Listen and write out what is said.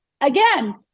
again